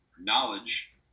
Knowledge